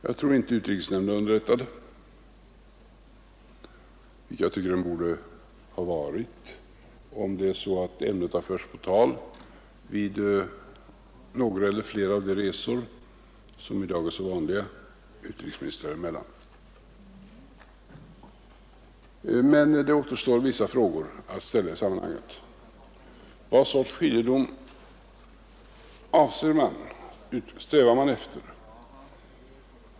Jag tror inte att utrikesnämnden är underrättad om detta förslag, vilket jag tycker att nämnden borde ha varit om ämnet har förts på tal vid några av de resor som i dag är så vanliga utrikesministrar emellan. Men det återstår vissa frågor att ställa i sammanhanget. Vad slags skiljedom strävar man efter?